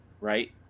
right